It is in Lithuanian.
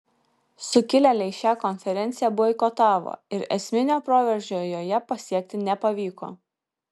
sukilėliai šią konferenciją boikotavo ir esminio proveržio joje pasiekti nepavyko